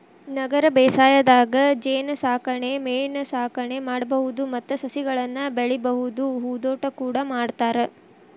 ನಗರ ಬೇಸಾಯದಾಗ ಜೇನಸಾಕಣೆ ಮೇನಸಾಕಣೆ ಮಾಡ್ಬಹುದು ಮತ್ತ ಸಸಿಗಳನ್ನ ಬೆಳಿಬಹುದು ಹೂದೋಟ ಕೂಡ ಮಾಡ್ತಾರ